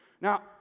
Now